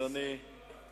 אדוני,